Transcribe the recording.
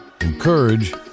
encourage